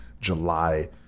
July